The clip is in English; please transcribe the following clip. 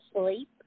sleep